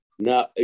No